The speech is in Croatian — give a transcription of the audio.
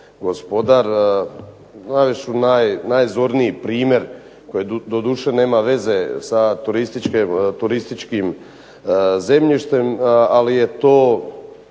gospodar. Navest ću najzorniji primjer koji doduše nema veze sa turističkim zemljištem ali je to